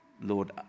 Lord